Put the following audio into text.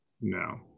No